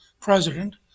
president